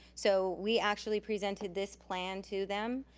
so we actually presented this plan to them.